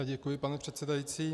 Děkuji, pane předsedající.